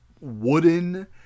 wooden